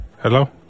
Hello